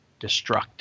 destruct